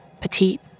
petite